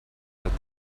that